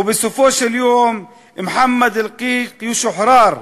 ובסופו של דבר מוחמד אלקיק ישוחרר,